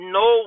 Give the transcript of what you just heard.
no